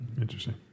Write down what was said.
interesting